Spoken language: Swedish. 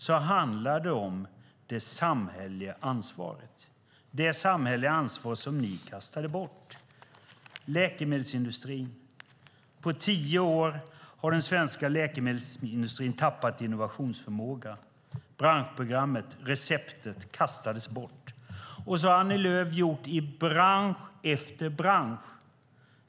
Den handlar om det samhälleliga ansvar som ni kastade bort. På tio år har den svenska läkemedelsindustrin tappat innovationsförmåga. Branschprogrammet, receptet, kastades bort, och så har Annie Lööf gjort i bransch efter bransch.